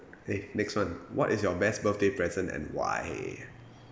okay next one what is your best birthday present and why